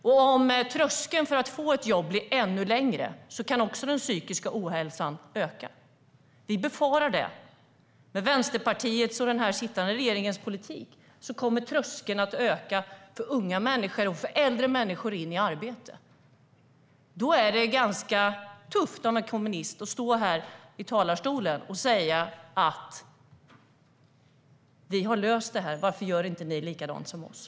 Och om tröskeln för att få ett jobb blir ännu högre kan också den psykiska ohälsan öka. Vi befarar det. Med Vänsterpartiets och den sittande regeringens politik kommer tröskeln in i arbete att öka för unga och för äldre. Då är det ganska tufft av en kommunist att stå här i talarstolen och säga: Vi har löst detta, varför gör inte ni likadant som vi?